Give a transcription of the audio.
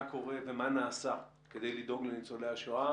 קורה ומה נעשה כדי לדאוג לניצולי השואה,